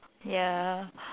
ya